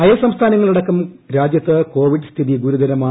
അയൽ സംസ്ഥാനങ്ങളടക്കം രാജ്യത്ത് കോവിഡ് സ്ഥിതി ഗുരുതരമാണ്